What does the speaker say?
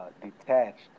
Detached